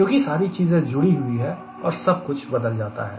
क्योंकि सारी चीजें जुड़ी हुई है सब कुछ बदल जाता है